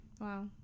Wow